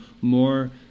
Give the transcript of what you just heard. more